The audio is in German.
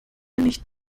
nicht